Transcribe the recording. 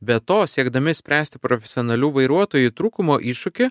be to siekdami spręsti profesionalių vairuotojų trūkumo iššūkį